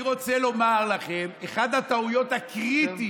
אני רוצה לומר לכם, אחת הטעויות הקריטיות,